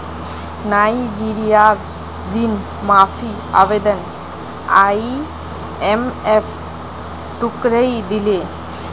नाइजीरियार ऋण माफी आवेदन आईएमएफ ठुकरइ दिले